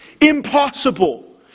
Impossible